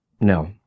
no